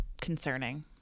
concerning